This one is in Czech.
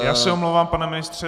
Já se omlouvám, pane ministře.